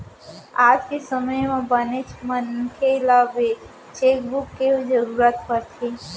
आज के समे म बनेच मनसे ल चेकबूक के जरूरत परथे